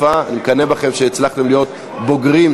ינמק את הצעת החוק חבר הכנסת דוד אזולאי.